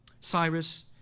Cyrus